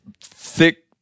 thick